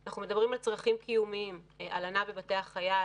אנחנו מדברים על צרכים קיומיים: הלנה בבתי חייל